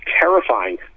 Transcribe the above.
terrifying